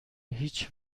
هیچ